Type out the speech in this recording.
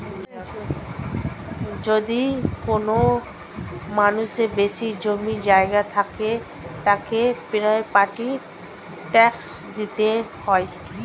যদি কোনো মানুষের বেশি জমি জায়গা থাকে, তাকে প্রপার্টি ট্যাক্স দিতে হয়